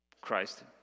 Christ